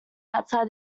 outside